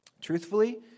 Truthfully